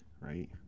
right